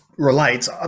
relates